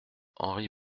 henri